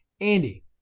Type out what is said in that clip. Andy